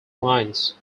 lines